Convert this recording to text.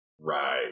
Right